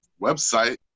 website